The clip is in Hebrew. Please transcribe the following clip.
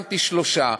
שמתי שלושה.